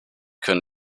können